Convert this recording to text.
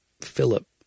Philip